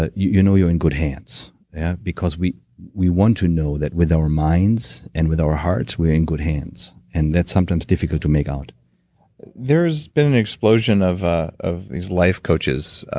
ah know you're in good hands because we we want to know that, with our minds and with our hearts, we're in good hands. and that's sometimes difficult to make out there's been an explosion of ah of these life coaches,